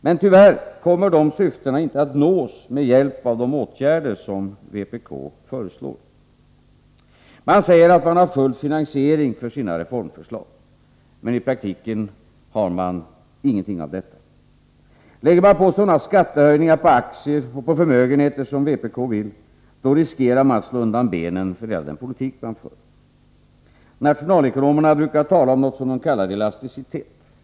Men tyvärr kommer dessa syften inte att nås med hjälp av de åtgärder som vpk föreslår. Vpk påstår att de har full finansiering för sina reformförslag. Men i praktiken har man inte det. Lägger man på sådana skattehöjningar på aktier och på förmögenheter som vpk vill, riskerar man att slå undan benen för hela den politik man för. Nationalekonomerna brukar tala om något som de kallar ”elasticitet”.